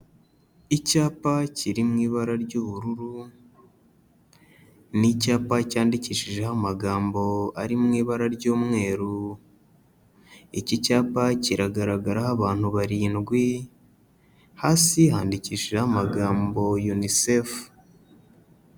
Icyapa kiri mu ibara ry'ubururu, ni icyapa cyandikishijeho amagambo ari mu ibara ry'umweru. Iki cyapa kiragaragaraho abantu barindwi, hasi handikishijeho amagambo Unicef.